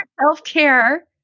self-care